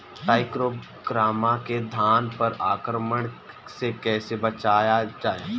टाइक्रोग्रामा के धान पर आक्रमण से कैसे बचाया जाए?